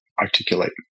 articulate